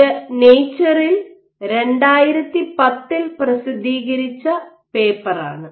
ഇത് നേച്ചറിൽ 2010ൽ പ്രസിദ്ധീകരിച്ച പേപ്പർ ആണ്